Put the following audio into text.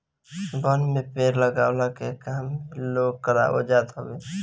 वन में पेड़ लगवला के काम भी इ लोग करवावत हवे